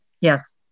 Yes